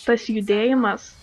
tas judėjimas